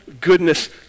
goodness